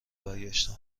برگشته